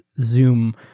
Zoom